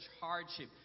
hardship